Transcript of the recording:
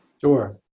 Sure